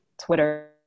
Twitter